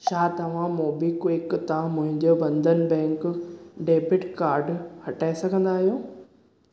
छा तव्हां मोबीक्विक मां मुंहिंजो बं॒धन बैंक डेबिट कार्डु हटाए सघंदा आहियो